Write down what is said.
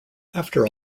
after